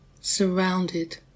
surrounded